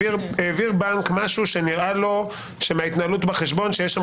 העביר בנק משהו שמההתנהלות בחשבון נראה לו שיש שם